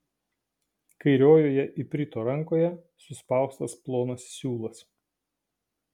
kairiojoje iprito rankoje suspaustas plonas siūlas